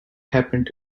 happened